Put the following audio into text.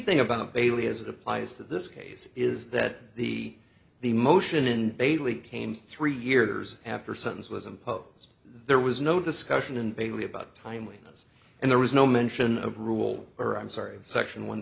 thing about bailey as it applies to this case is that the the motion in bailey came three years after sentence was imposed there was no discussion in bailey about timeliness and there was no mention of rule or i'm sorry section one